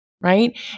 right